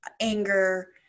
anger